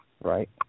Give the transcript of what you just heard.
right